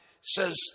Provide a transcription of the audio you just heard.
says